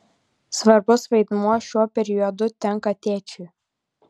svarbus vaidmuo šiuo periodu tenka tėčiui